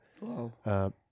Wow